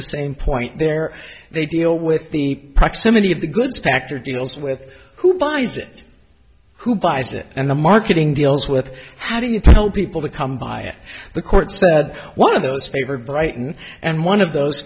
the same point there they deal with the proximity of the goods factor deals with who buys it who buys it and the marketing deals with how do you tell people to come by the court so that one of those favored brighton and one of those